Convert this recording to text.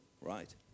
right